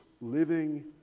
living